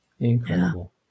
Incredible